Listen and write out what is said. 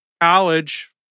college